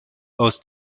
aus